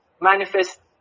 manifest